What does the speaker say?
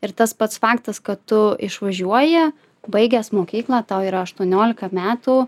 ir tas pats faktas kad tu išvažiuoji baigęs mokyklą tau yra aštuoniolika metų